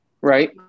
right